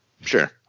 Sure